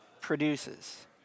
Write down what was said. produces